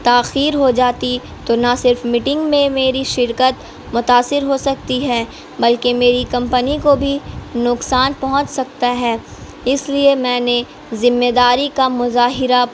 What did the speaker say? تاخیر ہو جاتی تو نہ صرف میٹنگ میں میری شرکت متاثر ہو سکتی ہے بلکہ میری کمپنی کو بھی نقصان پہنچ سکتا ہے اس لیے میں نے ذمہ داری کا مظاہرہ